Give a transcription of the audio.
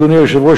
אדוני היושב-ראש,